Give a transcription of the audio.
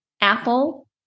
Apple